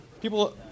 people